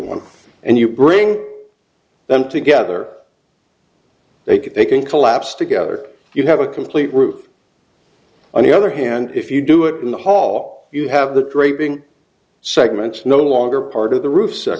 one and you bring them together they can they can collapse together you have a complete roof on the other hand if you do it in the hall you have the draping segments no longer part of the roo